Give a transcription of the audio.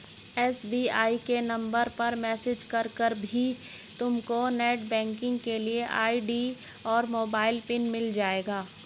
SBI के number पर message करके भी तुमको नेटबैंकिंग के लिए आई.डी और मोबाइल पिन मिल जाएगा